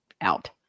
out